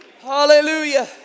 Hallelujah